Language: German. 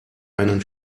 einen